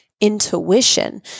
Intuition